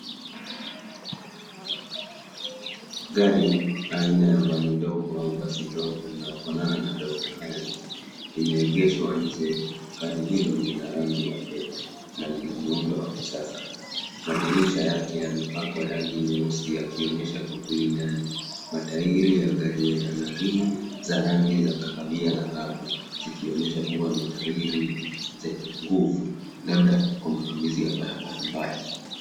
Gari aina ya vani ndogo au basi ndogo inayofanana na toyota hiyense imeegeshwa nje. Gari hilo ni rangi ya fedha na lina muundo wa kisasa. Madirisha yake yamepakwa rangi nyeusi yakionyesha kivuli ndani. Matairi ya gari yana rimu za rangi za kahawia na habu zikionyesha kuwa ni tairi zenye nguvu labda kwa matumizi ya barabara mbaya.